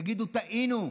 תגידו: טעינו.